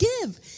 give